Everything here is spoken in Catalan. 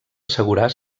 assegurar